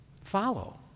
Follow